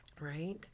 right